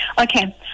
Okay